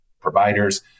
providers